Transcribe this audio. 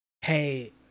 hey